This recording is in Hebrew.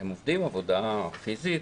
הם עובדים עבודה פיזית,